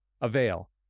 Avail